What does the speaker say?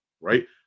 right